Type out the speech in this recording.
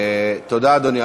תודה, אדוני.